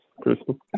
Crystal